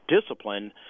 discipline